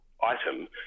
item